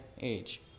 age